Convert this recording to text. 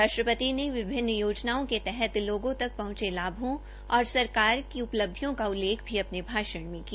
राष्ट्रपति ने विभिन्न योजनाओं के तहत लोगों तक पहंचे लाभों और सरकार की उपब्धियों का भी उल्लेख भी अपने भाषण में किया